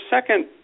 second